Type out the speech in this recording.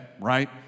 right